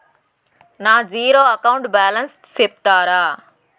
నా zero account balance సెప్తారా?